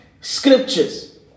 scriptures